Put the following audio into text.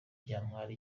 byantwara